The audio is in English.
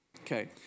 Okay